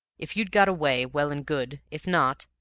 if you'd got away, well and good if not,